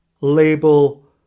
label